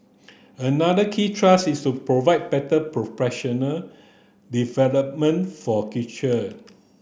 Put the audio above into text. another key thrust is to provide better professional development for kitchen